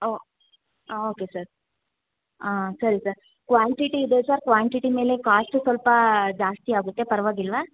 ಹ್ಞೂ ಹಾಂ okay sir ಹಾಂ ಸರಿ ಸರ್ ಕ್ವಾಂಟಿಟಿ ಇದೆ ಸರ್ ಕ್ವಾಂಟಿಟಿ ಮೇಲೆ ಕಾಸ್ಟು ಸ್ವಲ್ಪ ಜಾಸ್ತಿ ಆಗುತ್ತೆ ಪರವಾಗಿಲ್ವಾ